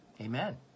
Amen